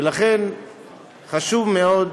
ולכן חשוב מאוד,